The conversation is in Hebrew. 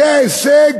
זה ההישג